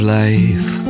life